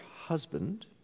husband